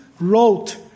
Wrote